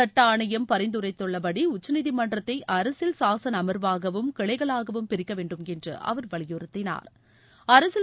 சட்டஆணையம் பரிந்துரைத்துள்ளபடி உச்சநீதிமன்றத்தை அரசியல் சாசனஅமர்வாகவும் கிளைகளாகவும் பிரிக்கவேண்டும் என்றுஅவர் வலியுறுத்தினாா்